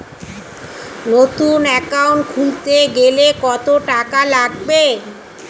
নতুন একাউন্ট খুলতে গেলে কত টাকা লাগবে?